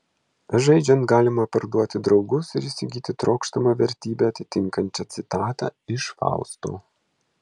žaidžiant galima parduoti draugus ir įsigyti trokštamą vertybę atitinkančią citatą iš fausto